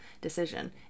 decision